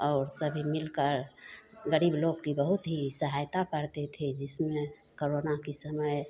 और सभी मिलकर गरीब लोग की बहुत ही सहायता करते थे जिसमें करोना की समय